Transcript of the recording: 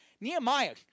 Nehemiah